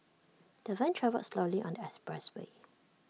the van travelled slowly on the expressway